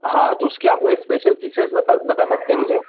हाँ तो उसके आप इस्पेशल फ़ीचर्स बता बता सकते हैं मुझे